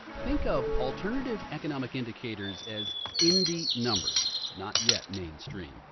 think of alternative economic indicators as indie numbers. not yet mainstream,